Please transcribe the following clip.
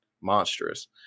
monstrous